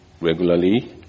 regularly